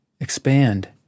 expand